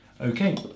Okay